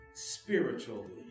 Spiritually